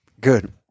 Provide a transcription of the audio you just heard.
good